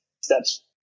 steps